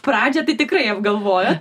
pradžia tai tikrai apgalvojo